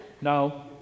No